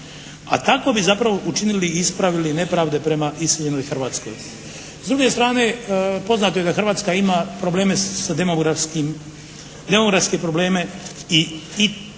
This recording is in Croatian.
A tako bi zapravo učinili i ispravili nepravde prema iseljenoj Hrvatskoj. S druge strane poznato je da Hrvatska ima probleme sa demografskim, demografske probleme i